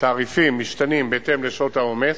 תעריפים משתנים בהתאם לשעות העומס,